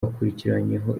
bakurikiranyweho